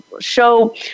show